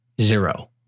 zero